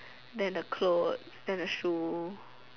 then the clothes then the shoe